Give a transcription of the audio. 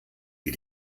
die